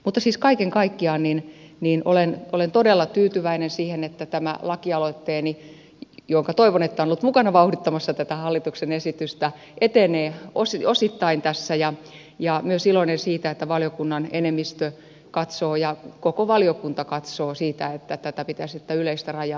mutta siis kaiken kaikkiaan olen todella tyytyväinen siihen että tämä lakialoitteeni jonka toivon olleen mukana vauhdittamassa tätä hallituksen esitystä etenee osittain tässä ja myös iloinen siitä että valiokunnan enemmistö katsoo ja koko valiokunta katsoo että tätä yleistä rajaa pitäisi laskea